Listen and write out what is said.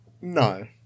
No